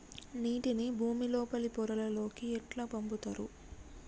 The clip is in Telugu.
నీటిని భుమి లోపలి పొరలలోకి ఎట్లా పంపుతరు?